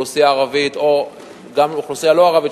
אוכלוסייה ערבית או גם אוכלוסייה לא ערבית